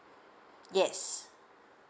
yes